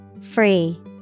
Free